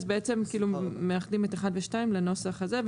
אז בעצם מאחדים את אחד ושתיים לנוסח הזה,